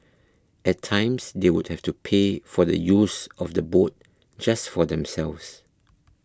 at times they would have to pay for the use of the boat just for themselves